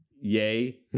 yay